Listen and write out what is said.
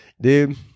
dude